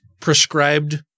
prescribed